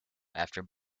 after